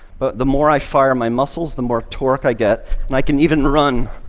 but the more i fire my muscles, the more torque i get, and i can even run.